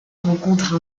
rencontre